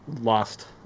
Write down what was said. lost